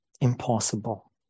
impossible